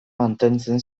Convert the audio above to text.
mantentzen